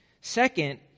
Second